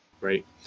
right